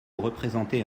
représentait